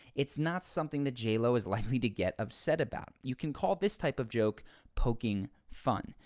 it's not something that j. lo is likely to get upset about. you can call this type of joke poking fun.